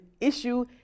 issue